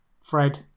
Fred